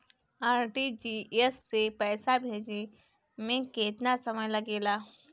RTGS से पैसा भेजे में केतना समय लगे ला?